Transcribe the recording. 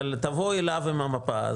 אבל תבואו אליו עם המפה,